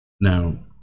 Now